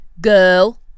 Girl